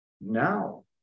now